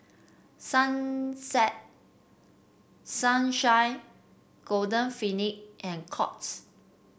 Sunset Sunshine Golden Peony and Courts